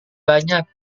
banyak